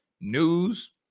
news